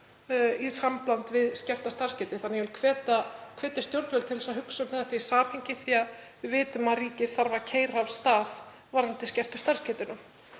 í samblandi við skerta starfsgetu. Ég vil því hvetja stjórnvöld til að hugsa um þetta í samhengi því að við vitum að ríkið þarf að keyra af stað varðandi skertu starfsgetuna.